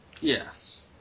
Yes